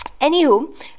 Anywho